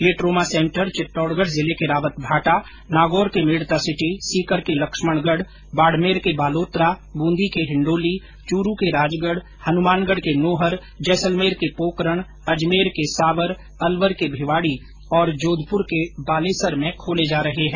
ये trauma centre Chittorgarh जिले के रावतभाटा नागौर के मेड़ता सिटी सीकर के लक्ष्मणगढ़ बाड़मेर के बालोतरा बूंदी के हिंडोली चूरू के राजगढ हनुमानगढ़ के नोहर जैसलमेर के पोकरण अजमेर के सावर अलवर के भिवाड़ी और जोधपुर के बालेसर में खोले जा रहे है